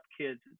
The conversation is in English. kids